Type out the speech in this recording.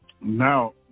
now